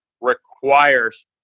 requires